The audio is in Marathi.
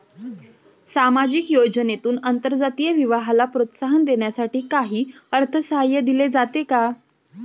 सामाजिक योजनेतून आंतरजातीय विवाहाला प्रोत्साहन देण्यासाठी काही अर्थसहाय्य दिले जाते का?